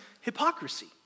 hypocrisy